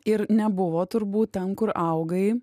ir nebuvo turbūt ten kur augai